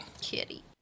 Kitty